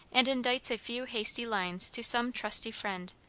and indites a few hasty lines to some trusty friend,